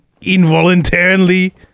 involuntarily